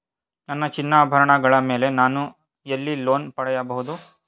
ನನ್ನ ಚಿನ್ನಾಭರಣಗಳ ಮೇಲೆ ನಾನು ಎಲ್ಲಿ ಲೋನ್ ಪಡೆಯಬಹುದು?